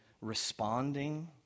responding